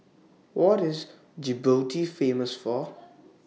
What IS Djibouti Famous For